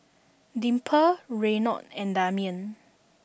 Dimple Reynold and Damian